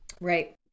Right